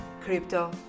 Crypto